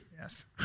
Yes